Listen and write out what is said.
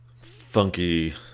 funky